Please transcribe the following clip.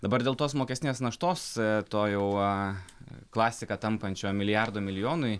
dabar dėl tos mokestinės naštos to jau a klasika tampančio milijardo milijonui